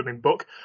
book